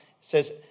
says